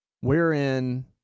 wherein